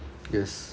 yes